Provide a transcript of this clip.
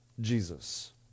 Jesus